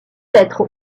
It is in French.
être